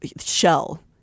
shell